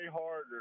harder